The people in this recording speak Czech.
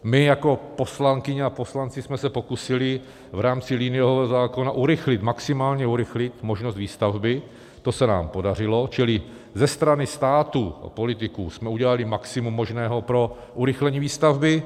My jako poslankyně a poslanci jsme se pokusili v rámci liniového zákona urychlit, maximálně urychlit možnost výstavby, to se nám podařilo, čili ze strany státu a politiků jsme udělali maximum možného pro urychlení výstavby.